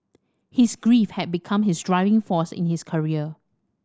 his grief had become his driving force in his career